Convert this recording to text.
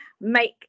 make